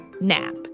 NAP